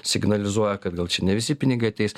signalizuoja kad gal čia ne visi pinigai ateis